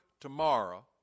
tomorrow